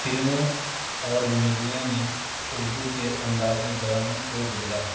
فلموں اور میڈیا نے اردو کے اندازے بیان کو بدلا